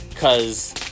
Cause